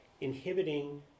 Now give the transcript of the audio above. inhibiting